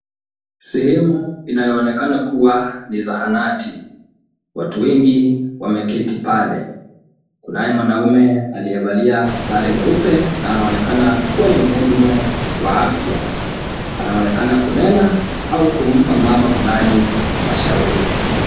Sehemu inayoonekana kuwa ni zahanati. Watu wengi wameketi pale. Kunaye mwanaume aliyevalia sare nyeupe na anaonekana kuwa ni mhudumu wa afya. Anaonekana kunena au kumpa mama fulani mashauri.